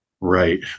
Right